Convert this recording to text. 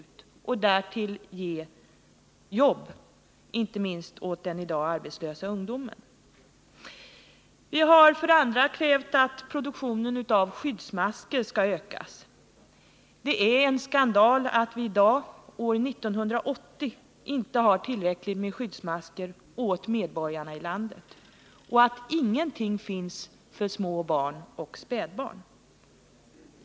Det skulle därtill ge jobb åt den i dag arbetslösa ungdomen. Vi har för det andra krävt att produktionen av skyddsmasker skall ökas. Det är en skandal att vi i dag, år 1980, inte har tillräckligt med skyddsmasker åt medborgarna i landet och att inga skyddsmasker finns för små barn och spädbarn.